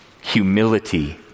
humility